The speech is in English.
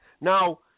Now